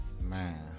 Man